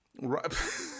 right